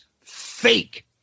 fake